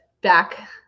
back